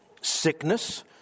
sickness